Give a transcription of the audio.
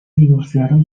divorciaron